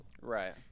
Right